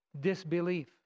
disbelief